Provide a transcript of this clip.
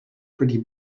pretty